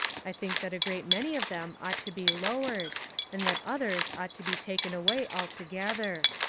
i think that a great many of them ought to be lowered and that others ought to be taken away altogether.